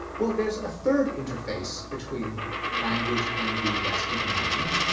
well, there's a third interface between language and the rest of the mind,